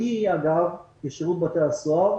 כשירות בתי הסוהר